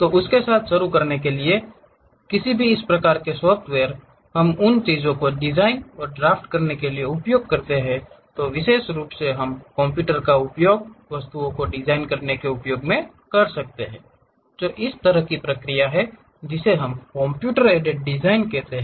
तो उसके साथ शुरू करने के लिए किसी भी इस प्रकार के सॉफ्टवेयर हम उन चीजों को डिजाइन और ड्राफ्ट करने के लिए उपयोग करते हैं विशेष रूप से हम कंप्यूटर का उपयोग वस्तुओं को डिजाइन करने के उपयोग मे करते हैं जो इस तरह की प्रक्रिया है जिसे हम कंप्यूटर एडेड डिजाइन कहते हैं